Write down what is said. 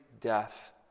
death